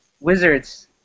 Wizards